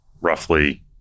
roughly